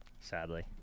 Sadly